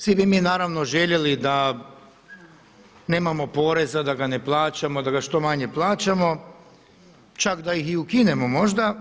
Svi bi mi naravno željeli da nemamo poreza, da ga ne plaćamo, da ga što manje plaćamo čak da ih i ukinemo možda.